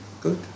good